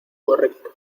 correcto